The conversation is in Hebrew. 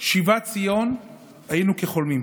את שיבת ציון היינו כחלמים".